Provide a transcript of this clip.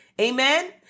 Amen